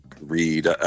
read